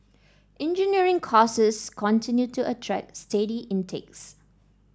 engineering courses continue to attract steady intakes